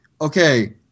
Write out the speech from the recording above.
okay